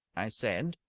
i said.